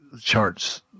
charts